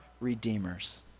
redeemers